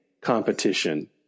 competition